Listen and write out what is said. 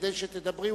כדי שתדברי,